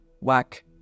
whack